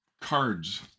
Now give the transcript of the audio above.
cards